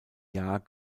jahr